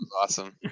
awesome